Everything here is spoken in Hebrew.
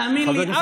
תאמין לי,